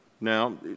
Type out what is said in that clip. Now